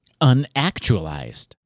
unactualized